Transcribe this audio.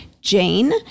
Jane